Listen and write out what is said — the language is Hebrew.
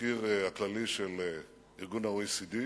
המזכיר הכללי של ה-OECD.